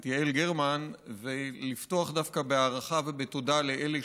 יעל גרמן ולפתוח דווקא בהערכה ובתודה לאלה